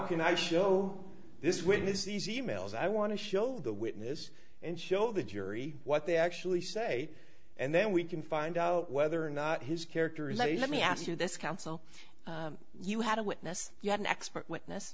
can i show this witness these e mails i want to show the witness and show the jury what they actually say and then we can find out whether or not his character is a let me ask you this counsel you had a witness you had an expert witness